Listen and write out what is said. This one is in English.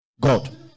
God